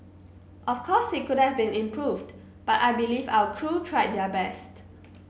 of course it could have been improved but I believe our crew tried their best